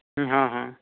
ᱦᱮᱸ ᱦᱮᱸ